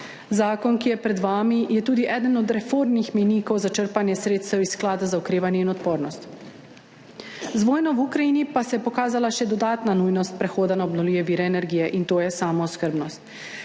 Zakon, ki je pred vami, je tudi eden od reformnih mejnikov za črpanje sredstev iz Sklada za okrevanje in odpornost. Z vojno v Ukrajini pa se je pokazala še dodatna nujnost prehoda na obnovljive vire energije, to je samooskrbnost.